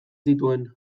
zituen